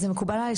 זה מקובל עלי',